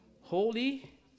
holy